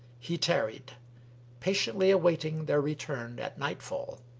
he tarried patiently awaiting their return at nightfall